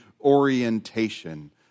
orientation